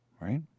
right